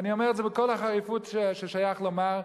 ואני אומר את זה בכל החריפות ששייך לומר,